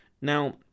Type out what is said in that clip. now